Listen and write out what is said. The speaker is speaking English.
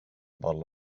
bottle